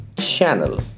channel